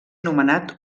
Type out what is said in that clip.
anomenat